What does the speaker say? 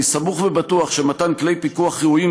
אני סמוך ובטוח שמתן כלי פיקוח ראויים,